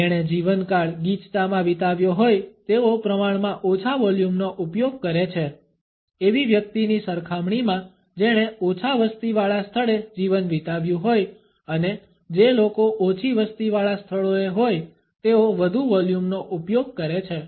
જેણે જીવનકાળ ગિચતામાં વિતાવ્યો હોય તેઓ પ્રમાણમાં ઓછા વોલ્યુમનો ઉપયોગ કરે છે એવી વ્યક્તિની સરખામણીમાં જેણે ઓછા વસ્તીવાળા સ્થળે જીવન વિતાવ્યું હોય અને જે લોકો ઓછી વસ્તીવાળા સ્થળોએ હોય તેઓ વધુ વોલ્યુમનો ઉપયોગ કરે છે